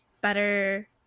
better